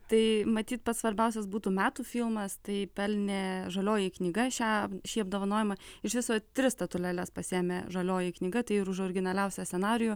tai matyt pats svarbiausias būtų metų filmas tai pelnė žalioji knyga šią šį apdovanojimą iš viso tris statulėles pasiėmė žalioji knyga tai ir už originaliausią scenarijų